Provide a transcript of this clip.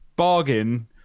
Bargain